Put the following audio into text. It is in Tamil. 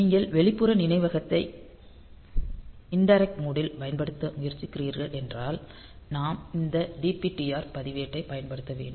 நீங்கள் வெளிப்புற நினைவகத்தை இன்டிரெக்ட் மோட் ல் பயன்படுத்த முயற்சிக்கிறீர்கள் என்றால் நாம் இந்த DPTR பதிவேட்டைப் பயன்படுத்த வேண்டும்